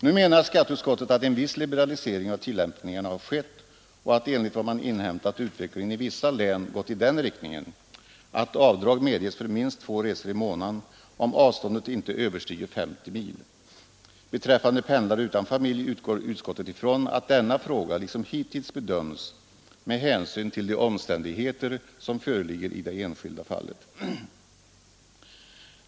Nu menar skatteutskottet att en viss liberalisering av tillämpningarna har skett och att enligt vad man inhämtat utvecklingen i vissa län gått i den riktningen att avdrag medges för minst två resor i månaden om avståndet inte överstiger 50 mil. Beträffande pendlare utan familj utgår utskottet ifrån att denna fråga liksom hittills bedöms med hänsyn till de omständigheter som föreligger i det enskilda fallet.